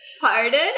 pardon